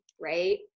right